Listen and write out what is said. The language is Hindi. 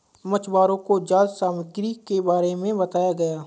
मछुवारों को जाल सामग्री के बारे में बताया गया